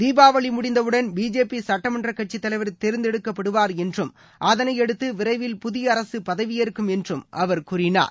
தீபவாளி முடிந்தவுடன் பிஜேபி சுட்டமன்ற கட்சித் தலைவர் தேர்ந்தெடுக்கப்படுவார் என்றும் அதனையடுத்து விரைவில் புதிய அரசு பதவியேற்கும் என்றும் அவர் கூறினார்